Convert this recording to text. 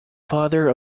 father